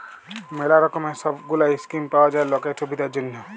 ম্যালা রকমের সব গুলা স্কিম পাওয়া যায় লকের সুবিধার জনহ